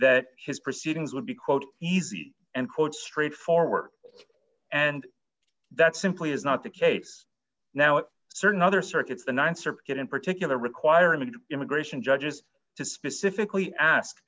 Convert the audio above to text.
that his proceedings would be quote easy and quote straightforward and that simply is not the case now it's certain other circuits the th circuit in particular require an immigration judges to specifically ask